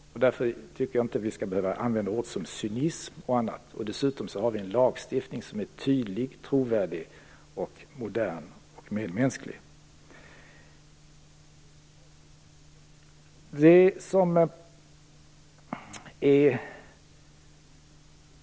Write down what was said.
Därför tycker jag inte att vi skall behöva använda ord som "cynism" i debatten. Dessutom har vi en lagstiftning som är tydlig, trovärdig, modern och medmänsklig.